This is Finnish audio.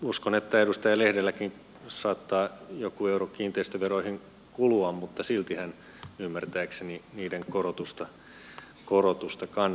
uskon että edustaja lehdelläkin saattaa joku euro kiinteistöveroihin kulua mutta silti hän ymmärtääkseni niiden korotusta kannatti